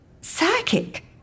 Psychic